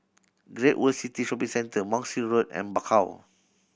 Great World City Shopping Centre Monk's Road and Bakau